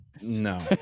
No